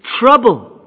trouble